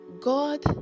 God